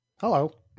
Hello